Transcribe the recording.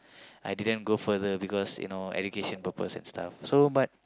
I didn't go further because you know education purpose and stuff so but